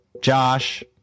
Josh